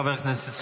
חבר הכנסת סובה,